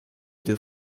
deux